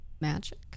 Magic